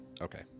Okay